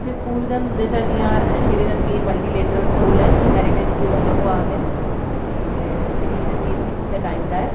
जेह्ड़े साढ़े अच्छे स्कूल न जि'यां Shri Ranbir multi literal school ऐ जिसी हैरीटेज स्कूल आफ जम्मू आखदे न एह् श्री रणवीर सिंह हुंदे टाइम दा ऐ